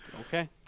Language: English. Okay